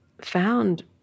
found